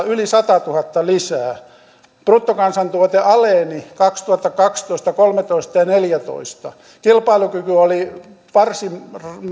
yli satatuhatta lisää bruttokansantuote aleni kaksituhattakaksitoista kolmetoista ja neljätoista kilpailukyky oli varsin